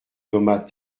thomas